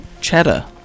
Cheddar